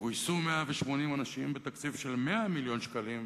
גויסו 180 אנשים בתקציב של 100 מיליון שקלים,